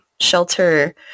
shelter